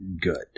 good